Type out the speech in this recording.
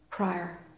Prior